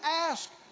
ask